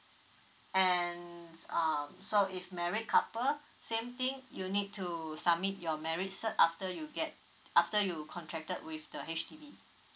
and err so if married couple same thing you need to submit your marriage cert after you get after you contracted with the H_D_B